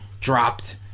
dropped